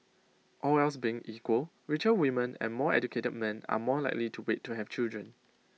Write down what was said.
all else being equal richer women and more educated men are more likely to wait to have children